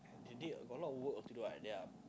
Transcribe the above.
they did got a lot of work to do like that ah